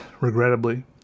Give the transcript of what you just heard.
regrettably